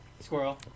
Squirrel